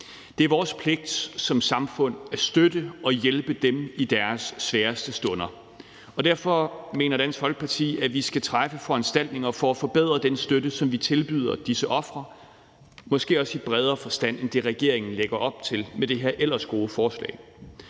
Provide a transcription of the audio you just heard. Det er vores pligt som samfund at støtte og hjælpe dem i deres sværeste stunder, og derfor mener Dansk Folkeparti, at vi skal træffe foranstaltninger for at forbedre den støtte, som vi tilbyder disse ofre, måske også i bredere forstand end det, regeringen lægger op til med det her ellers gode forslag.